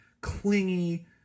clingy